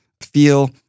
feel